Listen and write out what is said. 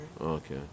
okay